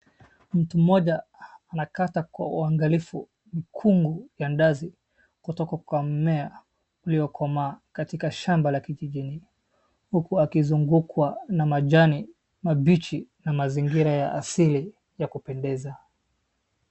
Mtu mmoja anakata kwa uangalifu mkungu ya ndazi kutoka kwa mmea uliokomaa katika shamba la kijijini huku akizungukwa na majani mambichi na mazingira ya asili ya kupendeza